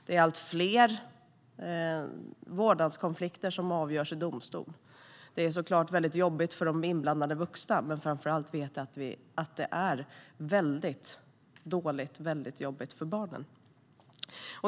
Det är allt fler vårdnadskonflikter som avgörs i domstol. Det är såklart jobbigt för de inblandade vuxna, men framför allt är det väldigt jobbigt för barnen.